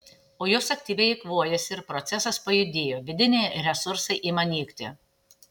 o jos aktyviai eikvojasi ir procesas pajudėjo vidiniai resursai ima nykti